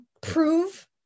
prove